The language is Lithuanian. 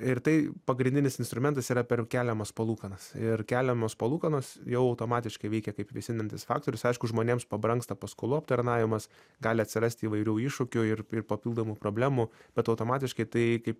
ir tai pagrindinis instrumentas yra per keliamas palūkanas ir keliamos palūkanos jau automatiškai veikia kaip vėsinantis faktorius aišku žmonėms pabrangsta paskolų aptarnavimas gali atsirasti įvairių iššūkių ir papildomų problemų bet automatiškai tai kaip